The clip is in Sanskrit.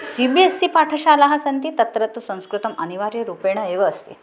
सि बि एस् सी पाठशालाः सन्ति तत्र तु संस्कृतम् अनिवार्यरूपेण एव अस्ति